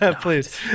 please